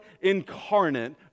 incarnate